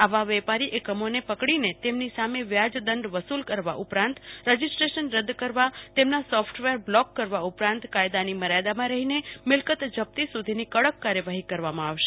આવા વેપારી અકમોને પકડીન તેમની સામે વ્યાજ દંડ વસુલવા ઉપરાંત રજીસ્ટ્રેશન રદ કરવા તેમના સોફટવેર બ્લોક કરવા ઉપરાંત કાયદાની મર્યાદામાં રહીને મિલકત જપ્તી સુધીની કડક કાર્યવાહી કરવામાં આવશે